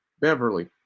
Beverly